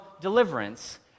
deliverance